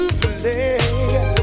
play